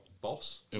boss